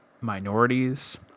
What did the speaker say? minorities